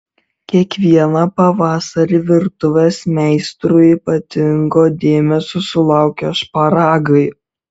kiekvieną pavasarį virtuvės meistrų ypatingo dėmesio sulaukia šparagai